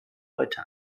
heute